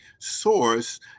source